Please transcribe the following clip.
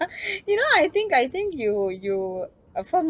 you know I think I think you you uh for